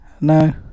No